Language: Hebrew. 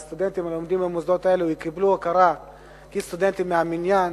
והסטודנטים הלומדים במוסדות האלה יקבלו הכרה כסטודנטים מן המניין,